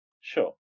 Sure